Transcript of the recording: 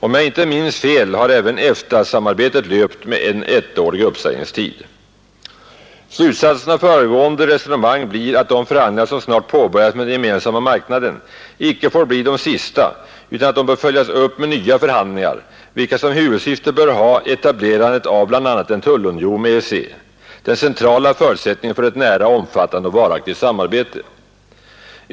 Om jag inte minns fel har även EFTA-samarbetet löpt med en ettårig uppsägningstid. Slutsatsen av föregående resonemang är att de förhandlingar som snart påbörjas med Gemensamma marknaden icke får bli de sista utan att de bör följas upp med nya förhandlingar, vilka som huvudsyfte bör ha etablerandet av bl.a. en tullunion med EEC, den centrala förutsättningen för ett nära, omfattande och varaktigt samarbete.